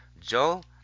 Joel